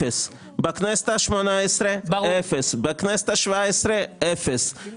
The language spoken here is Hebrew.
בגלל שלא הוקמה ממשלה, נאלצו